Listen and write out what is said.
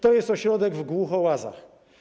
To jest ośrodek w Głuchołazach.